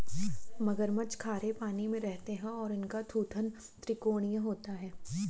मगरमच्छ खारे पानी में रहते हैं और इनका थूथन त्रिकोणीय होता है